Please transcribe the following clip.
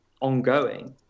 ongoing